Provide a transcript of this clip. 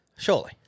Surely